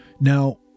now